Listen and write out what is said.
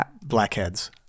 Blackheads